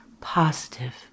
positive